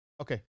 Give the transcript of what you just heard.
Okay